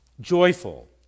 joyful